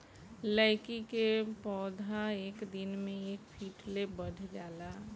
लैकी के पौधा एक दिन मे एक फिट ले बढ़ जाला